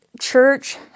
church